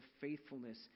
faithfulness